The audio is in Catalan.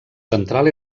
central